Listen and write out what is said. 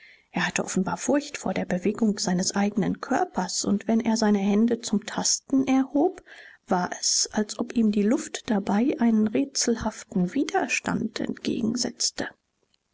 er hatte offenbar furcht vor der bewegung seines eignen körpers und wenn er seine hände zum tasten erhob war es als ob ihm die luft dabei einen rätselhaften widerstand entgegensetzte